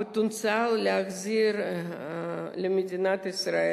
הפוטנציאל של החזרת ישראלים למדינת ישראל,